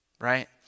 right